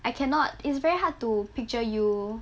I cannot it's very hard to picture you